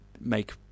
make